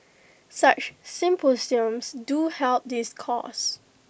such symposiums do help this cause